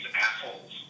assholes